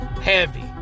heavy